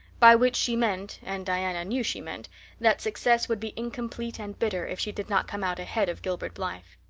by which she meant and diana knew she meant that success would be incomplete and bitter if she did not come out ahead of gilbert blythe.